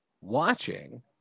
watching